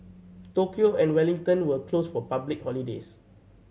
Tokyo and Wellington were closed for public holidays